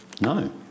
No